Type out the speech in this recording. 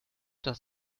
das